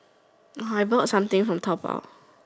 oh I bought something from Taobao